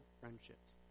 friendships